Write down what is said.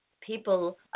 people